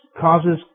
causes